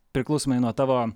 priklausomai nuo tavo